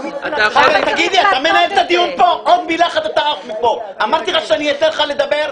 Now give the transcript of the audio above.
--- אתן לך לדבר.